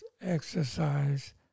exercise